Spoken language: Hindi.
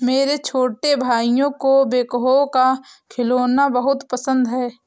मेरे छोटे भाइयों को बैकहो का खिलौना बहुत पसंद है